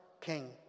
king